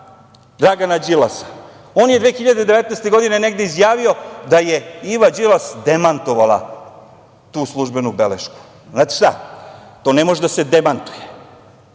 Dragana Đilasa. On je 2019. godine negde izjavio da je Iva Đilas demantovala tu službenu belešku. Znate šta? To ne može da se demantuje.